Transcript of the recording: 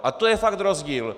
A to je fakt rozdíl.